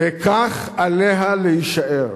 וכך עליה להישאר.